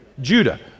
Judah